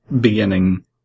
beginning